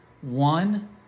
One